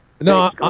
No